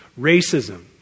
racism